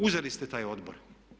Uzeli ste taj odbor.